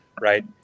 right